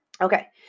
Okay